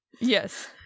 yes